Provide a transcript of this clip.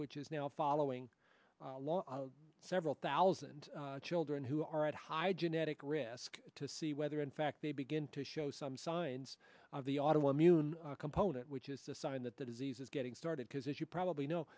which is now following several thousand children who are at high genetic risk to see whether in fact they begin to show some signs of the auto immune component which is a sign that the disease is getting started because as you probably know